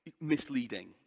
misleading